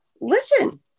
listen